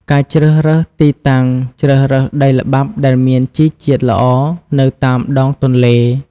ការជ្រើសរើសទីតាំង ជ្រើសរើសដីល្បាប់ដែលមានជីជាតិល្អនៅតាមដងទន្លេ។